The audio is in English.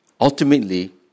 ultimately